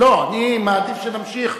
לא, אני מעדיף שנמשיך.